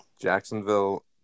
Jacksonville